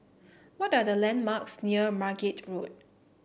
what are the landmarks near Margate Road